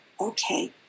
okay